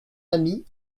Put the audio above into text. ami